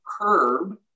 curb